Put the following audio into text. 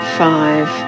five